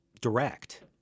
direct